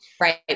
Right